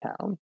Town